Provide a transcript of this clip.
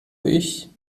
ich